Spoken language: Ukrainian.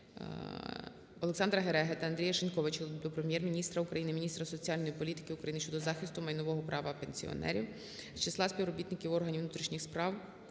Олександра Гереги та Андрія Шиньковича до Прем'єр-міністра України, міністра соціальної політики України щодо захисту майнового права пенсіонерів з числа співробітників органів внутрішніх справ,